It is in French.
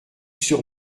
sur